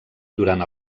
durant